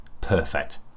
perfect